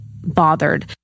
bothered